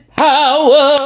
power